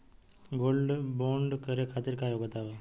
Gold bond करे खातिर का योग्यता बा?